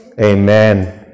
Amen